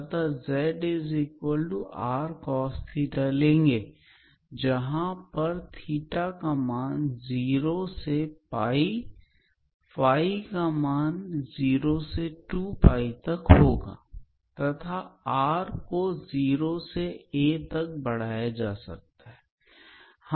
माना कि sinyrsinsin तथा zrcos जहां पर θ का मान 0 से तथा का मान 0 से 2 तक होगा तथा r को 0 से a तक बदल सकते है